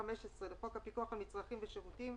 ו-15 לחוק הפיקוח על מצרכים ושירותים,